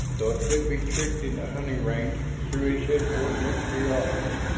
though it could be tricked into hunting range through its inordinate curiosity.